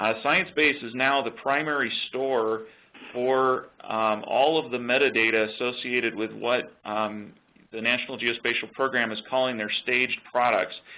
ah sciencebase is now the primary store for all of the metadata associated with what the national geospatial program is calling their staged products.